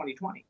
2020